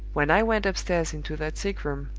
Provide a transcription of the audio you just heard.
when i went upstairs into that sickroom,